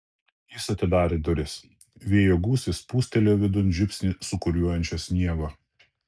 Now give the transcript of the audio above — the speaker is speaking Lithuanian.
jis atidarė duris vėjo gūsis pūstelėjo vidun žiupsnį sūkuriuojančio sniego